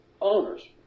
owners